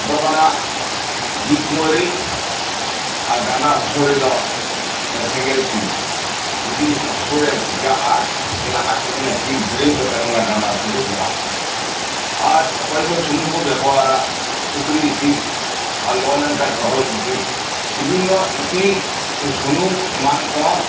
ᱫᱚ ᱠᱟᱱᱟ ᱜᱷᱤ ᱠᱩᱢᱟᱹᱨᱤ ᱟᱨ ᱰᱟᱸᱰᱟ ᱦᱟᱥᱳ ᱨᱮᱫᱚ ᱚᱱᱟ ᱥᱮᱸᱜᱮᱞ ᱥᱤᱝ ᱡᱩᱫᱤ ᱦᱟᱥᱩᱨᱮᱢ ᱡᱟ ᱟᱜᱼᱟ ᱧᱮᱞᱟᱢ ᱟᱡ ᱛᱮᱜᱮ ᱚᱱᱟ ᱪᱤᱨ ᱵᱤᱲᱟᱹᱣ ᱠᱟᱛᱮᱫ ᱚᱱᱟ ᱰᱟᱸᱰᱟ ᱦᱟᱥᱳ ᱫᱚ ᱪᱟᱵᱟᱜ ᱛᱟᱭᱟ ᱟᱨ ᱚᱠᱚᱭ ᱫᱚ ᱥᱩᱱᱩᱢ ᱠᱚ ᱵᱮᱵᱚᱦᱟᱨᱟ ᱥᱩᱠᱨᱤ ᱤᱛᱤᱞ ᱟᱨ ᱞᱚ ᱞᱮᱱ ᱠᱷᱟᱱ ᱛᱚᱨᱦᱚᱫ ᱤᱛᱤᱞ ᱵᱤᱵᱷᱤᱱᱱᱚ ᱤᱛᱤᱞ ᱥᱮ ᱥᱩᱱᱩᱢ ᱮᱢᱟᱱ ᱛᱮᱦᱚᱸ